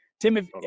Tim